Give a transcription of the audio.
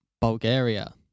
Bulgaria